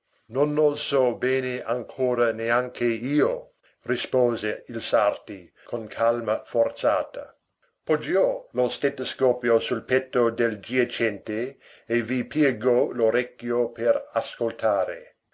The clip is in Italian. non lo so bene ancora neanche io rispose il sarti con calma forzata poggiò lo stetoscopio sul petto del giacente e vi piegò l'orecchio per ascoltare